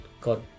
God